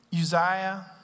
Uzziah